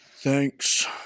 thanks